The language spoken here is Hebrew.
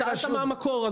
שאלת מה המקור.